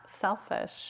selfish